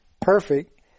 perfect